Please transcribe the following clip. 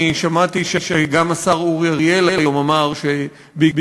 אני שמעתי שגם השר אורי אריאל היום אמר שבעקבות